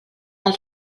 del